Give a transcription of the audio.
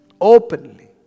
openly